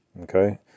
okay